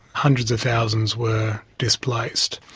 hundreds of thousands were displaced.